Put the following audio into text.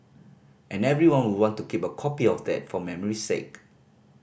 and everyone will want to keep a copy of that for memory's sake